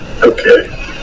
Okay